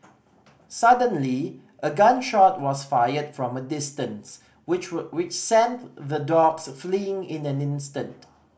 suddenly a gun shot was fired from a distance which hold which sent the dogs fleeing in the instant